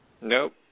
Nope